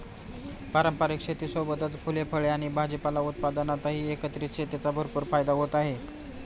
पारंपारिक शेतीसोबतच फुले, फळे आणि भाजीपाला उत्पादनातही एकत्रित शेतीचा भरपूर फायदा होत आहे